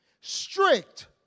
Strict